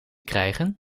krijgen